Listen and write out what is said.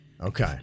Okay